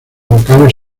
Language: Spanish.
vocales